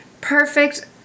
perfect